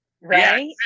right